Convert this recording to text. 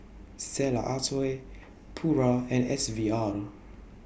Stella Artois Pura and S V R